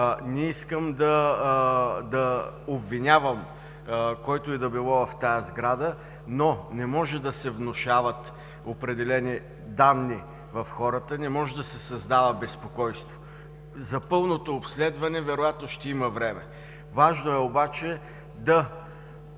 Не искам да обвинявам когото и да било в тази сграда, но не може да се внушават определени данни в хората, не може да се създава безпокойство. За пълното обследване вероятно ще има време. Важно е обаче да